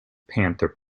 panther